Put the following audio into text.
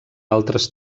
altres